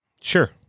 Sure